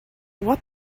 what